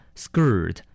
skirt